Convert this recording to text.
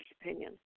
opinion